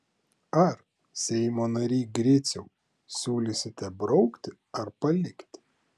ar seimo nary griciau siūlysite braukti ar palikti